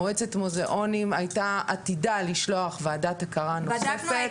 מועצת מוזיאונים הייתה עתידה לשלוח וועדת הכרה נוספת.